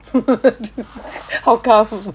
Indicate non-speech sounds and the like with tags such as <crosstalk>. <laughs> hawker food